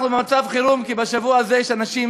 אנחנו במצב חירום כי בשבוע הזה יש אנשים